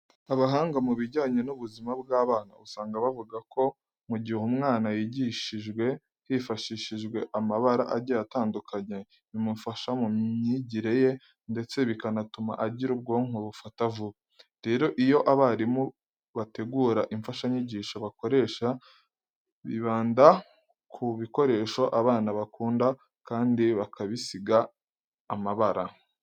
Abahanga mu bijyanye n'ubuzima bw'abana usanga bavuga ko mu gihe umwana yigishijwe hifashishijwe amabara agiye atandukanye, bimufasha mu myigire ye ndetse bikanatuma agira ubwonko bufata vuba. Rero iyo abarimu bategura imfashanyigisho bakoresha, bibanda ku bikoresho abana bakunda kandi bakabisiga amabara.